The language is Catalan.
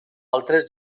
altres